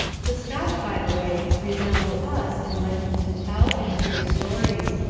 the scotch, by the way, resemble us in liking to tell and hear stories.